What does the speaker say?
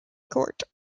court